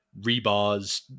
rebars